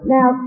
Now